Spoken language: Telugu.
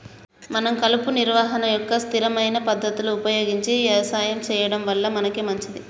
మనం కలుపు నిర్వహణ యొక్క స్థిరమైన పద్ధతులు ఉపయోగించి యవసాయం సెయ్యడం వల్ల మనకే మంచింది